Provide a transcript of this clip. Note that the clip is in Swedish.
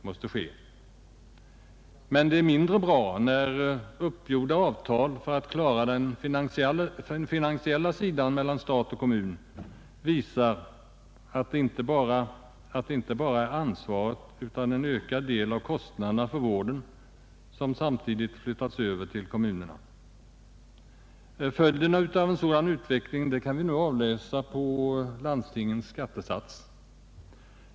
Men det är mindre bra att det inte bara är ansvaret utan även en ökad del av kostnaderna för vården som samtidigt flyttas över till kommunerna såsom uppgjorda avtal beträffande kostnadsfördelningen mellan stat och kommun visar har skett ibland. Följden av en sådan utveckling kan vi nu avläsa i landstingens skattesats.